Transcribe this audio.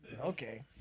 Okay